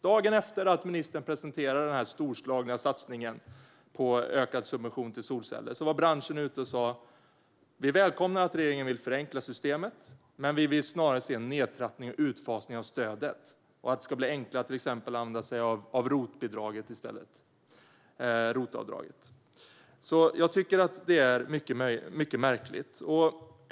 Dagen efter att ministern presenterade den storslagna satsningen på ökad subvention till solceller sa branschen att man välkomnade att regeringen vill förenkla systemet, men man ville snarare se en nedtrappning och utfasning av stödet, att det exempelvis skulle bli enklare att använda ROT-avdraget. Det är mycket märkligt.